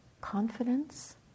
confidence